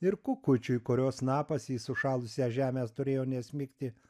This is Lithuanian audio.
ir kukučiui kurio snapas į sušalusią žemę turėjo nesmigti